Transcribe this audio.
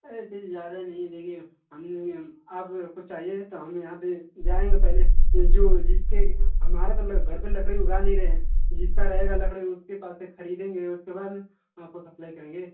ऐसे ज़्यादा नहीं है देखिए हम आपको चाहिए तो हम यहाँ पर जाएँगे पहले जो जिसके यहाँ हमारा तो घर पर लकड़ी उगा नहीं रहे हैं जिसका रहेगा लकड़ी उसके पास से खरीदेंगे उसके बाद आपको सप्लाई करेंगे